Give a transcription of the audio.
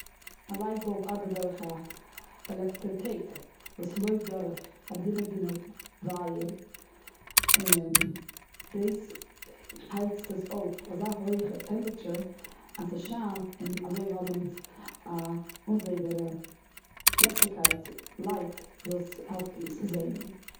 א לייט באלב ארבעט דורך א א עלעקטריציטעט וואס לויפט דורך א דינע דינע ווייער. און דאס הייצט עס אויף אזא הויעכע טעמפעראטור אז ס'שיינט און אזוי האבן אונז א אנזעיבארע ליכטיגקייט, לייט וואס העלפט אונז זעהן.